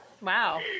Wow